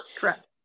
correct